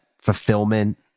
fulfillment